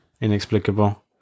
inexplicable